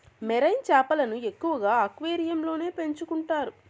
marine చేపలను ఎక్కువగా అక్వేరియంలలో పెంచుకుంటారు